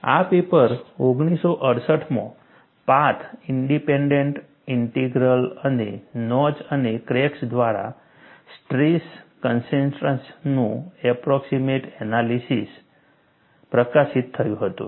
આ પેપર 1968 માં path independent integral અને નોચ અને ક્રેક્સ દ્વારા સ્ટ્રેસ કન્સેન્ટ્રેશન્સનું approximate analysis 'A path independent integral and the approximate analysis of strain concentrations by notches and cracks' પ્રકાશિત થયું હતું